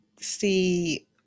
see